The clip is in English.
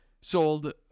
sold